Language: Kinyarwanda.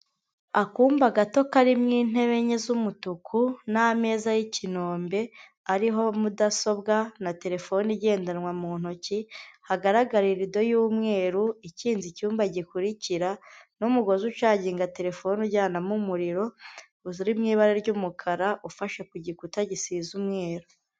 Akumba gato karimo intebe enye z'umutuku, n'ameza y'ikinombe ariho mudasobwa na telefone igendanwa mu ntoki, hagaragara irido y'umweru, ikinze icyumba gikurikira, n'umugozi ucajinga telefone ujyanamo umuriro, uza uri mu ibara ry'umukara, ufashe ku gikuta gisize umweru.